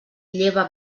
lleva